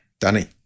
Danny